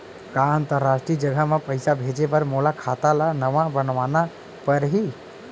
का अंतरराष्ट्रीय जगह म पइसा भेजे बर मोला खाता ल नवा बनवाना पड़ही?